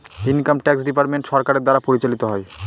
income tax department সরকারের দ্বারা পরিচালিত হয়